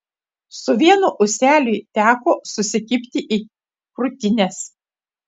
su vienu ūseliui teko susikibti į krūtines